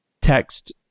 text